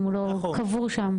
האם הוא לא קבור שם?